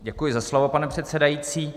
Děkuji za slovo, pane předsedající.